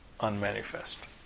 unmanifest